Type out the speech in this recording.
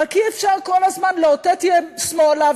רק אי-אפשר כל הזמן לאותת שמאלה,